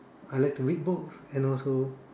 I like to read books and also